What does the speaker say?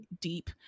deep